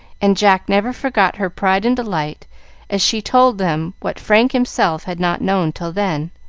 and jack never forgot her pride and delight as she told them what frank himself had not known till then.